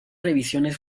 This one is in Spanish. revisiones